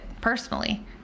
personally